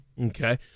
Okay